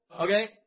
Okay